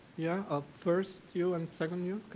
yeah, up first you, and second you,